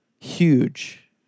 huge